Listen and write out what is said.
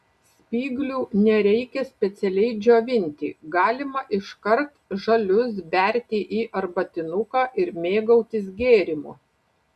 spyglių nereikia specialiai džiovinti galima iškart žalius berti į arbatinuką ir mėgautis gėrimu